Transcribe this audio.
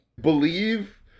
Believe